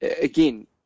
again